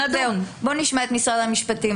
בואו נשמע את משרד המשפטים.